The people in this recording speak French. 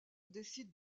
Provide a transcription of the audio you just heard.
décide